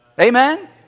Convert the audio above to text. Amen